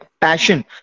passion